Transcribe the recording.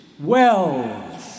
wells